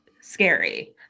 scary